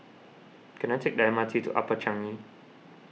can I take the M R T to Upper Changi